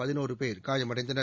பதினோரு பேர் காயமடைந்தனர்